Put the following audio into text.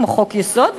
כמו חוק-יסוד,